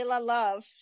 Love